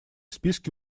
списке